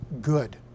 good